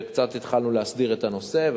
וקצת התחלנו להסדיר את הנושא,